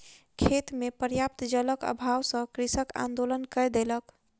खेत मे पर्याप्त जलक अभाव सॅ कृषक आंदोलन कय देलक